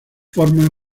forma